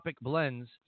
blends